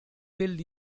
will